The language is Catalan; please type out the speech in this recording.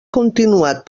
continuat